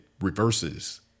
reverses